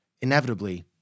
Inevitably